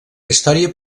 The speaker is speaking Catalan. història